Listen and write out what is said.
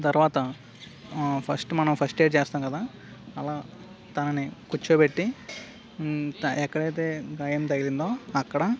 తర్వాత ఫస్ట్ మనం first aid చేస్తాం కదా అలా తనని కూర్చోబెట్టి ఎక్కడైతే గాయం తగిలిందో అక్కడ